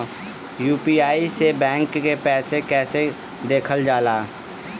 UPI से bank के पैसा कैसे देखल जाला?